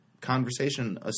conversation